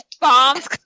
bombs